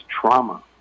trauma